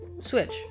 Switch